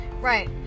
Right